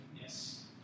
Yes